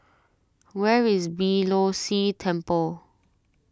where is Beeh Low See Temple